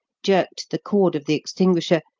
jerked the cord of the extinguisher,